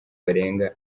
barenga